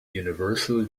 universal